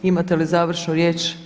Imate li završnu riječ?